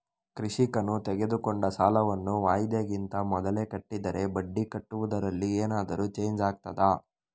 ಕೃಷಿಕನು ತೆಗೆದುಕೊಂಡ ಸಾಲವನ್ನು ವಾಯಿದೆಗಿಂತ ಮೊದಲೇ ಕಟ್ಟಿದರೆ ಬಡ್ಡಿ ಕಟ್ಟುವುದರಲ್ಲಿ ಏನಾದರೂ ಚೇಂಜ್ ಆಗ್ತದಾ?